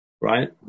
right